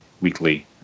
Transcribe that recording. weekly